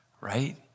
right